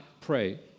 pray